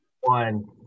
one